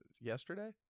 yesterday